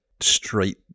straight